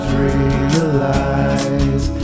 realize